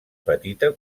petita